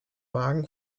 wagen